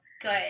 good